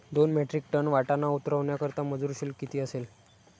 दोन metric tonne वाटाणा उतरवण्याकरता मजूर शुल्क किती असेल?